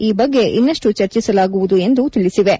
ಈ ಬಗ್ಗೆ ಇನ್ನಷ್ಟು ಚರ್ಚಿಸಲಾಗುವುದು ಎಂದು ತಿಳಿಸಿವೆ